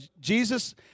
Jesus